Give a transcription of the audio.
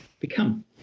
become